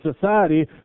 society